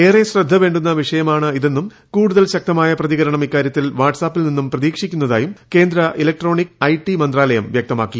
ഏറെ ശ്രദ്ധവേ ുന്ന വിഷയമാ ണിതെന്നും കൂടുതൽ ശക്തമായ പ്രതികര്ണം ഇക്കാരൃത്തിൽ വാട്ട് സാപ്പിൽ നിന്ന് പ്രതീക്ഷിക്കുന്നതായും കേന്ദ്ര ഇലക്ട്രോണിക് ഐടി മന്ത്രാലയം വൃക്തമാക്കി